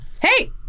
Hey